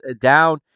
down